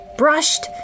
brushed